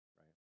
right